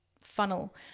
funnel